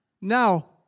Now